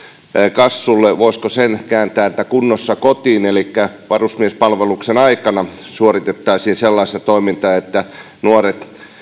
kassulle voisiko sen kääntää että kunnossa kotiin elikkä varusmiespalveluksen aikana suoritettaisiin sellaista toimintaa että nuoret